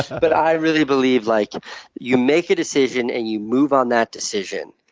but i really believe like you make a decision and you move on that decision.